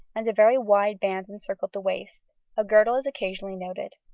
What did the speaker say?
and a very wide band encircled the waist a girdle is occasionally noted.